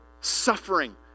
suffering